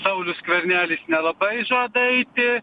saulius skvernelis nelabai žada eiti